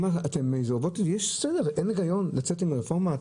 אין היגיון לצאת כך עם הרפורמה.